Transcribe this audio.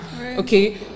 Okay